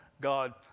God